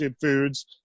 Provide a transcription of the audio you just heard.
foods